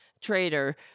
trader